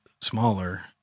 smaller